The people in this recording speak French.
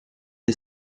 des